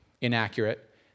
inaccurate